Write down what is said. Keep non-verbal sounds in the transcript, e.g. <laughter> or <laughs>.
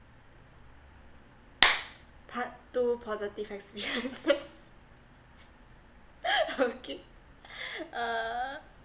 part two positive experiences <laughs> okay uh